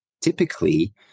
typically